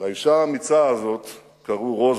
לאשה האמיצה הזאת קראו רוזה,